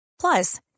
Plus